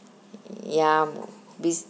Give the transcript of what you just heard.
ya bus~